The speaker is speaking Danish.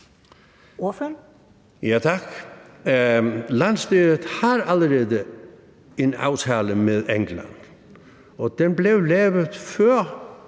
Joensen (SP): Tak. Landsstyret har allerede en aftale med England, og den blev lavet på